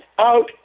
out